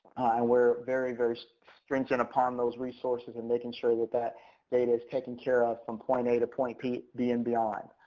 we're very, very stringent upon those resources and making sure that that data is taken care of from point a to point b b and beyond.